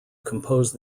composed